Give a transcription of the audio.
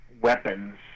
weapons